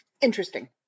Interesting